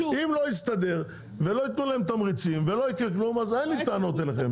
אם לא יסתדר ולא יתנו להם תמריצים ולא יקרה כלום אז אין לי טענות אליכם,